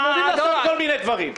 אנחנו יודעים לעשות כל מיני דברים.